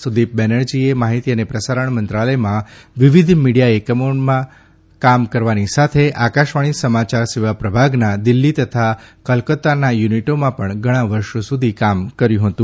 સુદીપ બેનર્જીએ માહિતી અને પ્રસારણ મંત્રાલયમાં વિવિધ મીડીયા એકમોના કામ કરવાની સાથે આકાશવાણી સમાચાર સેવા પ્રભાગના દિલ્હી તથા કોલકત્તાના યુનિટોમાં પણ ઘણા વર્ષો સુધી કામ કર્યું હતું